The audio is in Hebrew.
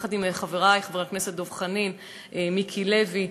יחד עם חברי חברי הכנסת דב חנין ומיקי לוי.